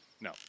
No